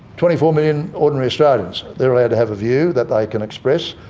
twenty four million ordinary australians, they are allowed to have a view that they can express,